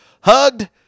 hugged